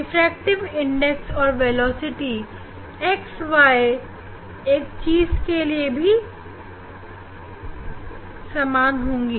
refractive index और velocity x और y एक चीज के लिए भी समान होंगी